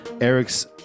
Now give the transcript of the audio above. Eric's